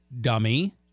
dummy